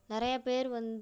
நிறையாப் பேர் வந்து